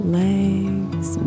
legs